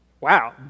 wow